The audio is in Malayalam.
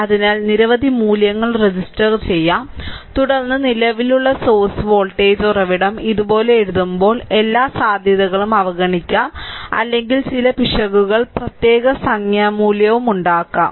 അതിനാൽ നിരവധി മൂല്യങ്ങൾ രജിസ്റ്റർ ചെയ്യാം തുടർന്ന് നിലവിലുള്ള സോഴ്സ് വോൾട്ടേജ് ഉറവിടം ഇതുപോലെ എഴുതുമ്പോൾ എല്ലാ സാധ്യതകളും അവഗണിക്കാം അല്ലെങ്കിൽ ചില പിശകുകൾ പ്രത്യേക സംഖ്യാ മൂല്യവും ഉണ്ടാക്കാം